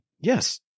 Yes